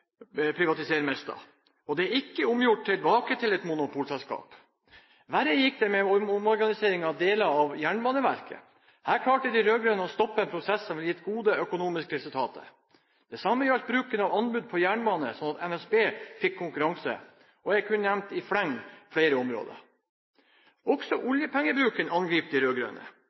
og det er ikke omgjort til et monopolselskap. Verre gikk det med omorganiseringen av deler av Jernbaneverket. Her klarte de rød-grønne å stoppe en prosess som ville gitt gode økonomiske resultater. Det samme gjaldt bruken av anbud på jernbane slik at NSB fikk konkurranse, Jeg kunne nevnt i fleng flere områder. Også oljepengebruken angriper de